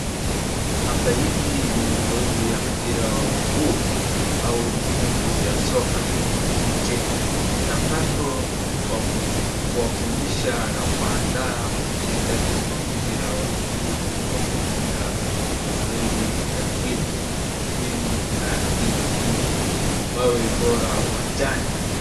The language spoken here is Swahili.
Hapa hivi ni mazoezi ya mpira wa mguu au mfuzu ya soka. Mchakato wa kurudisha na kuuanda uchezaji wa mpira wa mguu kwa kutumia mazoezi ya mwili ,mbinu na akili ili awawe bora uwanjani.